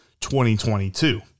2022